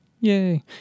yay